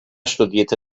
studierte